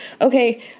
okay